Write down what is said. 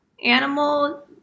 Animal